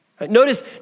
Notice